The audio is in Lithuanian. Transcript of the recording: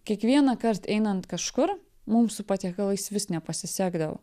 kiekvienąkart einant kažkur mum su patiekalais vis nepasisekdavo